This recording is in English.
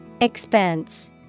Expense